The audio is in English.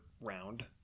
round